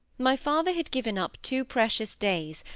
my father had given up two precious days,